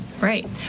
right